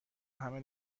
همه